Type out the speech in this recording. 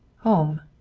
home.